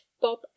Bob